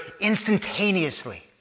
instantaneously